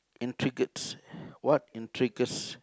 intrigues what intrigues